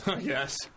Yes